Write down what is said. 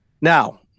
Now